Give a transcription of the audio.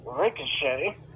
Ricochet